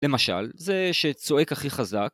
למשל, זה שצועק הכי חזק.